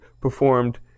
performed